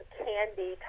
candy